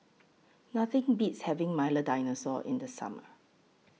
Nothing Beats having Milo Dinosaur in The Summer